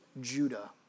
Judah